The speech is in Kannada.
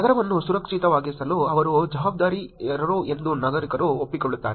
ನಗರವನ್ನು ಸುರಕ್ಷಿತವಾಗಿಸಲು ಅವರು ಜವಾಬ್ದಾರರು ಎಂದು ನಾಗರಿಕರು ಒಪ್ಪಿಕೊಳ್ಳುತ್ತಾರೆ